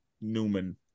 Newman